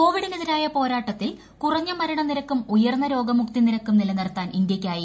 കോവിഡിനെതിരായ പോരാട്ടത്തിൽ കുറഞ്ഞ് മരണനിരക്കും ഉയർന്ന രോഗമുക്തി നിരക്കും നിലനിർത്താൻ ഇന്ത്യക്കായി